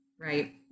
Right